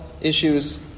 issues